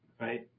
right